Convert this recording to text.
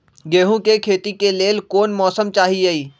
गेंहू के खेती के लेल कोन मौसम चाही अई?